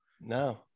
No